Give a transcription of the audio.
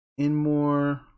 Inmore